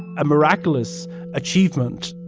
a miraculous achievement